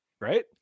Right